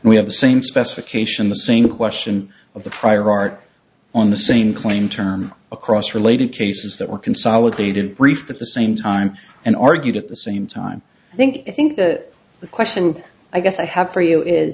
and we have the same specification the same question of the prior art on the same claim term across related cases that were consolidated briefed at the same time and argued at the same time i think i think that the question i guess i have for you is